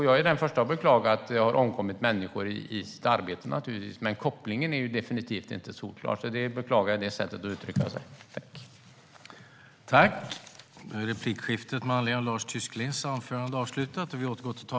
Jag är den förste att beklaga att människor har omkommit i sitt arbete, men kopplingen är definitivt inte solklar. Jag beklagar att han uttrycker sig på det sättet.